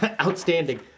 Outstanding